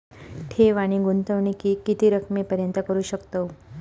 ठेव आणि गुंतवणूकी किती रकमेपर्यंत करू शकतव?